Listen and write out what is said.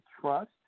Trust